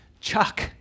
Chuck